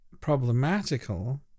problematical